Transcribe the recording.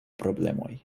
problemoj